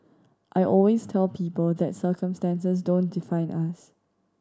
I always tell people that circumstances don't define us